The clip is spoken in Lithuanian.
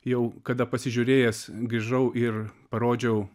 jau kada pasižiūrėjęs grįžau ir parodžiau